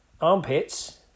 armpits